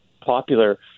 popular